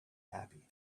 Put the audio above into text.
happy